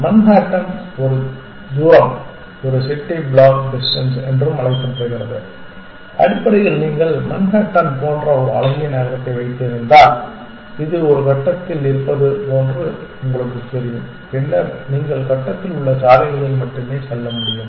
Manhattan தூரம் ஒரு city block distance என்றும் அழைக்கப்படுகிறது அடிப்படையில் நீங்கள் மன்ஹாட்டன் போன்ற ஒரு அழகிய நகரத்தை வைத்திருந்தால் இது ஒரு கட்டத்தில் இருப்பது போன்று உங்களுக்குத் தெரியும் பின்னர் நீங்கள் கட்டத்தில் உள்ள சாலைகளில் மட்டுமே செல்ல முடியும்